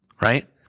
right